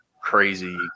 crazy